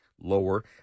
lower